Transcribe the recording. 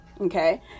Okay